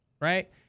right